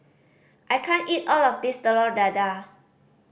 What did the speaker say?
I can't eat all of this Telur Dadah